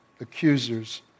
accusers